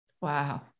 Wow